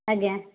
ଆଜ୍ଞା